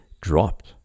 dropped